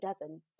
Devon